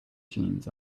jeans